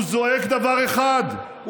הוא זועק דבר אחד,